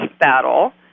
battle